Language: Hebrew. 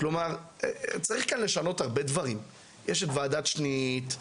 צריך לשנות הרבה דברים, יש